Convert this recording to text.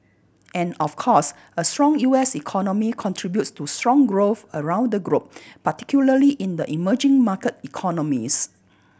and of course a strong U S economy contributes to strong growth around the globe particularly in the emerging market economies